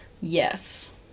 Yes